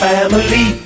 Family